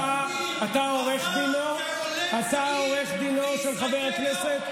אתה עורך דינו של חבר הכנסת?